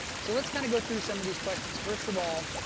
so let's kind of go through some of these questions. first of all,